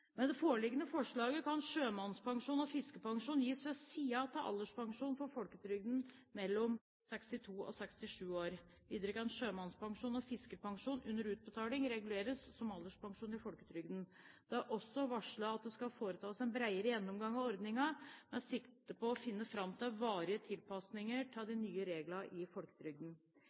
Med det foreliggende forslaget kan sjømannspensjon og fiskerpensjon gis ved siden av alderspensjon fra folketrygden mellom 62 og 67 år. Videre skal sjømannspensjon og fiskerpensjon under utbetaling reguleres som alderspensjon i folketrygden. Det er også varslet at det skal foretas en bredere gjennomgang av ordningene med sikte på å finne fram til varige tilpasninger til de nye reglene i folketrygden.